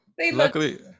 luckily